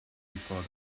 before